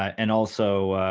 and also,